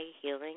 healing